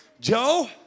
Joe